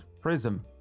Prism